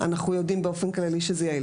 אנחנו יודעים באופן כללי שזה יעיל,